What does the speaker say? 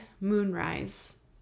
Moonrise